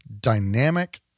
dynamic